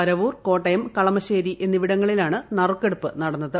പരവൂർ കോട്ടയം കളമശ്ശേരി എന്നിവിടങ്ങളിലാണ് നറുക്കെടുപ്പ് നടന്നത്